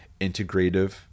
integrative